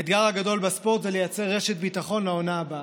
האתגר הגדול בספורט זה לייצר רשת ביטחון לעונה הבאה.